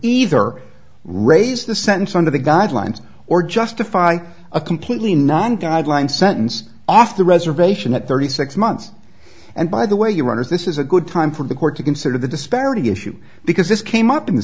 either raise the sentence under the guidelines or justify a completely non guideline sentence off the reservation at thirty six months and by the way you write is this is a good time for the court to consider the disparity issue because this came up in the